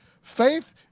Faith